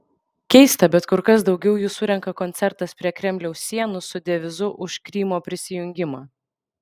keista bet kur kas daugiau jų surenka koncertas prie kremliaus sienų su devizu už krymo prisijungimą